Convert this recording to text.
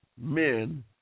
men